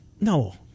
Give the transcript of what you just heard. No